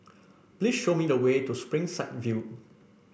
please show me the way to Springside View